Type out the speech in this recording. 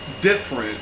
different